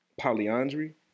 polyandry